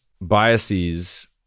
biases